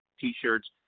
T-shirts